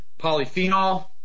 polyphenol